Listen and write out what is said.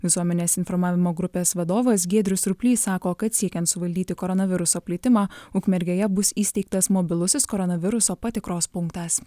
visuomenės informavimo grupės vadovas giedrius surplys sako kad siekiant suvaldyti koronaviruso plitimą ukmergėje bus įsteigtas mobilusis koronaviruso patikros punktas